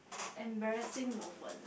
embarrassing moment